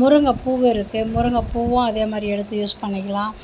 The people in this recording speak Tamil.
முருங்கை பூவு இருக்கு முருங்கைப்பூவும் அதேமாதிரி எடுத்து யூஸ் பண்ணிக்கலாம்